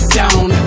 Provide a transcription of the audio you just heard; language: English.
down